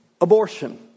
abortion